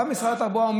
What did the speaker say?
בא משרד התחבורה,